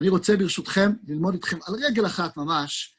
אני רוצה ברשותכם ללמוד אתכם על רגל אחת ממש.